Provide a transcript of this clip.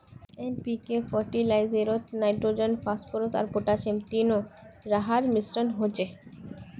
NPK फ़र्टिलाइज़रोत nitrogen, phosphorus आर potassium तीनो रहार मिश्रण होचे